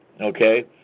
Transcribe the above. okay